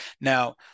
Now